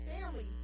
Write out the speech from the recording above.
family